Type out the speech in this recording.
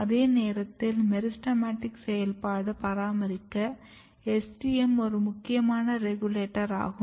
அதே நேரத்தில் மெரிஸ்டெமடிக் செயல்பாட்டை பராமரிக்க STM ஒரு முக்கியமான ரெகுலேட்டர் ஆகும்